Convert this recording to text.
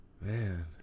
man